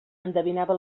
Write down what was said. endevinava